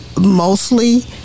mostly